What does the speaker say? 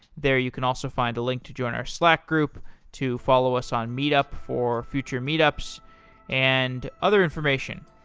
there, you can also find a link to join our slack group to follow us on meetup for future meet ups and other information.